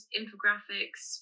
infographics